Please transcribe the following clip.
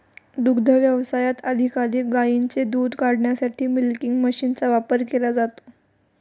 दुग्ध व्यवसायात अधिकाधिक गायींचे दूध काढण्यासाठी मिल्किंग मशीनचा वापर केला जातो